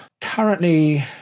Currently